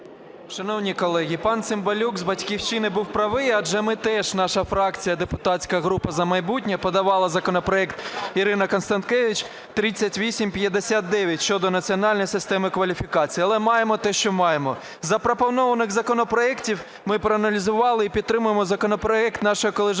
Шановні колеги, пан Цимбалюк з "Батьківщина" був правий. Адже ми теж, наша фракція депутатська група "За майбутнє" подавала законопроект Ірини Констанкевич 3859 – щодо національної системи кваліфікації. Але маємо те, що маємо. Із запропонованих законопроектів ми проаналізували і підтримуємо законопроект нашої колежанки